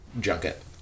junket